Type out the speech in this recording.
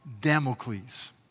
Damocles